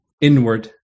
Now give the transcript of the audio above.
inward